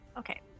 Okay